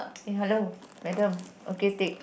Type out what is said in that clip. eh hello madam okay tick